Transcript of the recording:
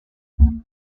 aveugle